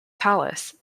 palace